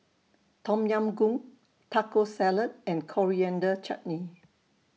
Tom Yam Goong Taco Salad and Coriander Chutney